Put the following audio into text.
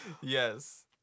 Yes